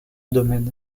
domaine